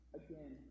again